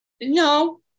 No